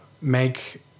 make